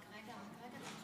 כבוד יו"ר